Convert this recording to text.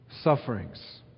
sufferings